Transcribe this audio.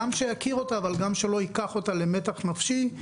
גם שיכיר אותה אבל שגם לא ייקח אותה למתח נפשי,